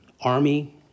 army